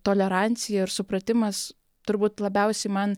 tolerancija ir supratimas turbūt labiausiai man